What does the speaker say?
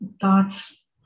thoughts